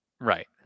Right